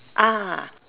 ah